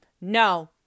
no